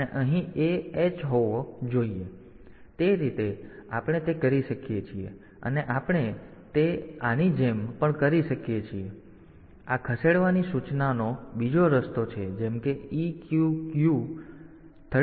તેથી તે રીતે આપણે તે કરી શકીએ છીએ અને આપણે તે આની જેમ પણ કરી શકીએ છીએ કે કહો કે આ આ કરવાની બીજી રીત એ છે કે જેમ કે કહો કે આ છે આ ખસેડવાની સૂચનાનો બીજો રસ્તો છે જેમ કે EQU 30 ગણો